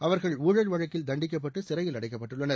அவர்கள் ஊழல் வழக்கில் தண்டிக்கப்பட்டு சிறையில் அடைக்கப்பட்டுள்ளனர்